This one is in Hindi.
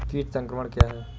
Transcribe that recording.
कीट संक्रमण क्या है?